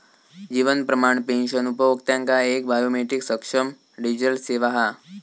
जीवन प्रमाण पेंशन उपभोक्त्यांका एक बायोमेट्रीक सक्षम डिजीटल सेवा हा